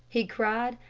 he cried,